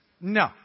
No